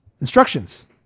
Instructions